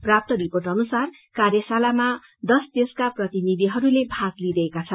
प्राप्त रिपोेट अनुसार कार्यशालामा दस देशका प्रतिनिधिहरूले भाग लिइरहेको छ